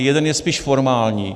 Jeden je spíš formální.